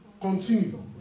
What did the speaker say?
Continue